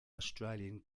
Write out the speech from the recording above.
australian